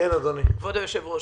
כבדו היושב-ראש,